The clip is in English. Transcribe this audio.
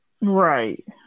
right